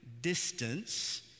distance